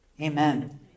amen